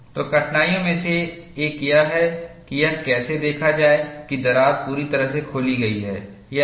तो कठिनाइयों में से एक यह है कि यह कैसे देखा जाए कि दरार पूरी तरह से खोली गई है या नहीं